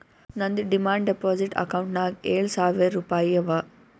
ನಂದ್ demand deposit ಅಕೌಂಟ್ನಾಗ್ ಏಳ್ ಸಾವಿರ್ ರುಪಾಯಿ ಅವಾ